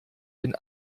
den